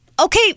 Okay